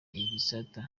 igisata